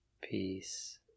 Peace